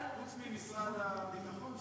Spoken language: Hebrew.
חוץ ממשרד הביטחון,